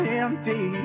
empty